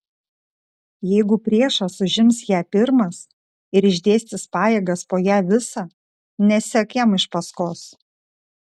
jeigu priešas užims ją pirmas ir išdėstys pajėgas po ją visą nesek jam iš paskos